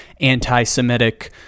anti-Semitic